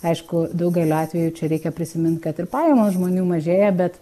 aišku daugeliu atveju čia reikia prisimint kad ir pajamos žmonių mažėja bet